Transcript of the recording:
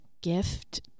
gift